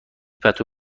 پتو